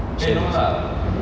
so so